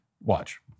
Watch